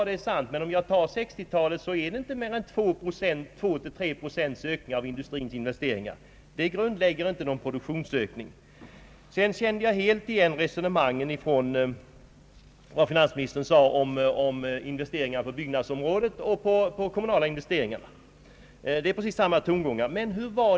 Det är visserligen sant, men under 1960 talet har inte ökningen varit mer än 2—3 procent av industrins investeringar per år. Det grundlägger inte någon produktionsökning. Jag kände helt igen finansministerns resonemang om investeringar på byggnadsområdet och på kommunala investeringar. Det är exakt samma tongångar som tidigare.